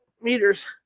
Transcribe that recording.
meters